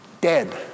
dead